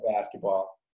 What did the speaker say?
basketball